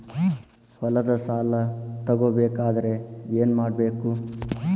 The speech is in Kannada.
ಹೊಲದ ಸಾಲ ತಗೋಬೇಕಾದ್ರೆ ಏನ್ಮಾಡಬೇಕು?